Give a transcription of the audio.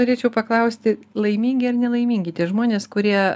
norėčiau paklausti laimingi ar nelaimingi tie žmonės kurie